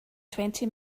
twenty